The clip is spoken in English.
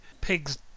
pigs